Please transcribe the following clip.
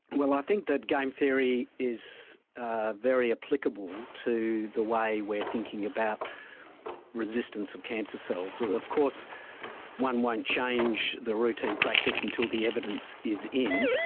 well, i think that game theory is ah very applicable to the way we are thinking about resistance of cancer cells. of course one won't change the routine practice until the evidence is in,